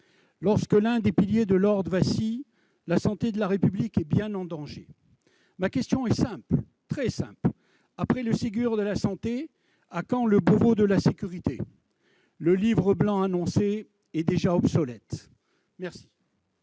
Lorsque l'un des piliers de l'ordre vacille, la santé de la République est bien en danger ! Ma question est donc simple, très simple : après le Ségur de la santé, à quand le Beauvau de la sécurité ? Le livre blanc annoncé est déjà obsolète ...